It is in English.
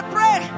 Pray